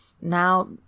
now